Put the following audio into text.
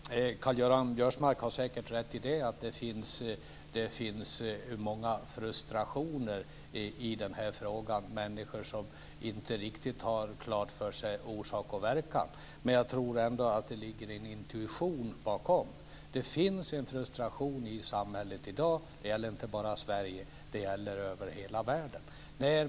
Fru talman! Karl-Göran Biörsmark har säkert rätt i att det finns många frustrationer här - människor som inte riktigt har sambandet mellan orsak och verkan klart för sig. Men jag tror ändå att det ligger en intuition bakom detta. Det finns en frustration i samhället i dag. Det gäller inte bara Sverige. Det gäller över hela världen.